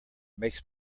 makes